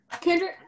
Kendrick